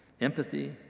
Empathy